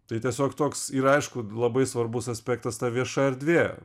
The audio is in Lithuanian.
tai tiesiog toks ir aišku labai svarbus aspektas ta vieša erdvė